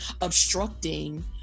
obstructing